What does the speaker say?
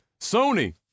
Sony